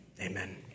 amen